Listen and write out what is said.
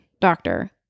doctor